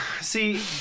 see